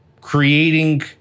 creating